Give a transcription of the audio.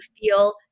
feel